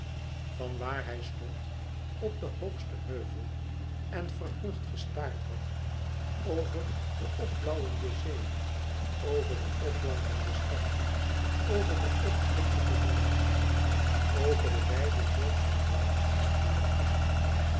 van waar hij stond op den hoogsten heuvel en verheugd gestaard had over de p blauwende zee over de p blankende stad over de p blinkende moerassen over den wijden zoom van woud aan het westen